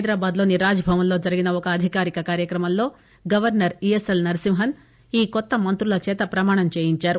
హైదరాబాద్ లోని రాజ్ భవన్ లో జరిగిన ఒక అధికారిక కార్యక్రమంలో గవర్సర్ ఈఎస్ఎల్ నరసింహన్ ఈ కొత్తమంత్రుల చేత ప్రమాణం చేయించారు